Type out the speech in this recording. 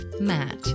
Matt